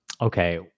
Okay